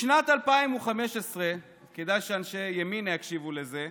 בשנת 2015, כדאי שאנשי ימינה יקשיבו לזה,